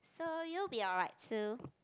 so you'll be alright too